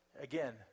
Again